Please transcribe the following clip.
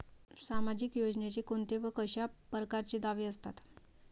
सामाजिक योजनेचे कोंते व कशा परकारचे दावे असतात?